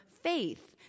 faith